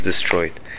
destroyed